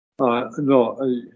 No